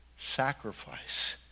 sacrifice